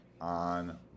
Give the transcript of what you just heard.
on